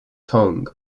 tong